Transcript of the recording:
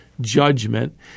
judgment